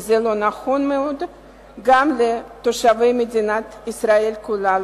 זה לא נכון גם כלפי תושבי מדינת ישראל כולה,